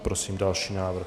Prosím další návrh.